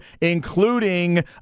including